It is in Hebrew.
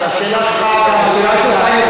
השאלה שלך נכונה.